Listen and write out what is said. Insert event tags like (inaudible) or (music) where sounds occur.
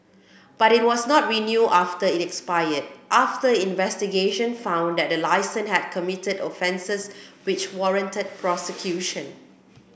but it was not renew after it expired after investigation found that the (unintelligible) had committed offences which warranted prosecution